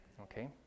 okay